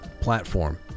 platform